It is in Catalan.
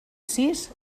sis